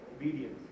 Obedience